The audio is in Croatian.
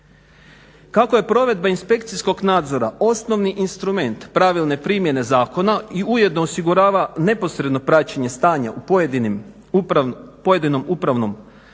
Kako je provedba inspekcijskog nadzora osnovni instrument pravilne primjene zakona i ujedno osigurava neposredno praćenje stanja u pojedinom upravnom području